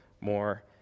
more